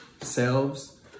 selves